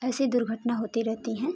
ऐसी दुर्घटना होती रहती हैं